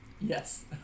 Yes